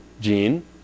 gene